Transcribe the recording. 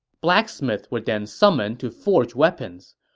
blacksmiths were then summoned to forge weapons.